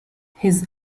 his